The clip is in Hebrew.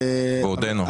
ועודנו.